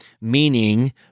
meaning